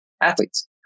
athletes